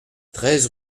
treize